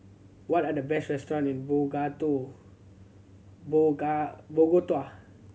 what are the best restaurants in Bogota